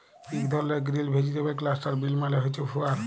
ইক ধরলের green vegetable cluster bean মালে হছে গুয়ার